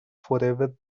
forever